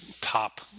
top